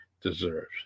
deserves